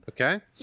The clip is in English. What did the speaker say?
Okay